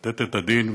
אולי לתת את הדין,